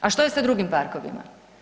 A što je sa drugim parkovima?